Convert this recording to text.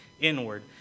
inward